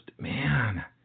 man